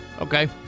Okay